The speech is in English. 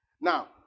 Now